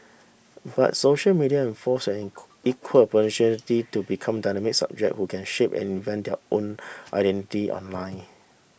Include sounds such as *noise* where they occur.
but social media enforce an *unintelligible* equal opportunity to become dynamic subjects who can shape and invent their own identity online